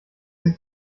sie